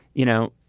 you know,